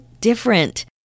different